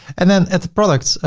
and then at the products,